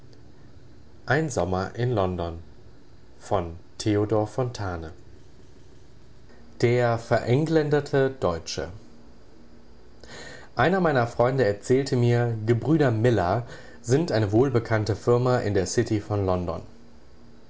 der verengländerte deutsche einer meiner freunde erzählte mir gebrüder miller sind eine wohlbekannte firma in der city von london